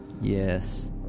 Yes